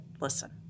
listen